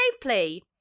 Play